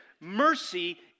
Mercy